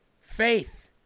Faith